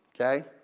Okay